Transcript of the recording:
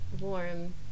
warm